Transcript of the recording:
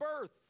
birth